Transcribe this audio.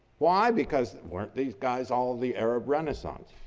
why? because weren't these guys all of the arab renaissance,